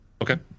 Okay